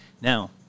Now